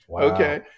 Okay